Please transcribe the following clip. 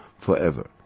forever